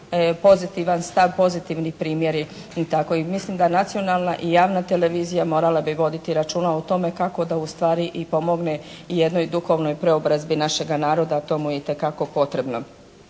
pozitivan stav, pozitivni primjeri i tako. I mislim da i nacionalna i javna televizija morale bi voditi računa o tome kako da u stvari i pomogne i jednoj duhovnoj preobrazbi našega naroda, a to mu je itekako potrebno.